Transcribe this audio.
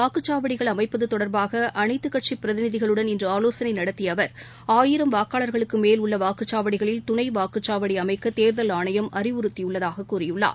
வாக்குச்சாவடிகள் அமைப்பது தொடர்பாக அனைத்துக் கட்சி பிரதிநிதிகளுடன் இன்று ஆலோசனை நடத்திய அவர் ஆயிரம் வாக்காளர்களுக்கு மேல் உள்ள வாக்குச்சாவடிகளில் துணை வாக்குச்சாவடி அமைக்க தேர்தல் ஆணையம் அறிவுறுத்தியுள்ளதாக கூறியுள்ளார்